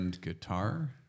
guitar